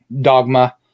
dogma